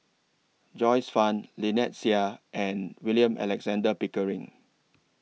Joyce fan Lynnette Seah and William Alexander Pickering